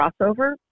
crossover